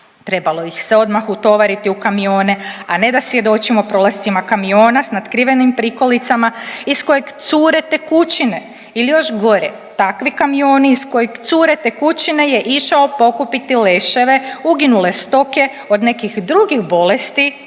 Trebalo ih se odmah utovariti u kamione, a ne da svjedočimo prolascima kamiona s natkrivenim prikolicama iz kojeg cure tekućine ili još gore takve kamione iz kojeg cure tekućine je išao pokupiti leševe uginule stoke od nekih drugih bolesti